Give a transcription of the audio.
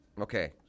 Okay